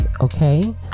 Okay